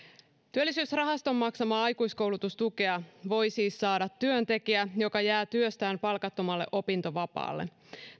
työllisyysrahaston maksamaa aikuiskoulutustukea voi siis saada työntekijä joka jää työstään palkattomalle opintovapaalle